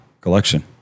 collection